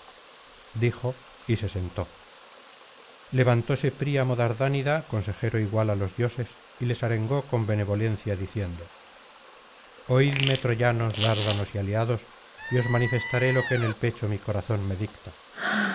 dijo y se sentó levantóse príamo dardánida consejero igual á los dioses y les arengó con benevolencia diciendo oidme troyanos dárdanos y aliados y os manifestaré lo que en el pecho mi corazón me dicta